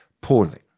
poorly